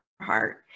heart